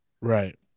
right